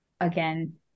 again